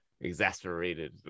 exasperated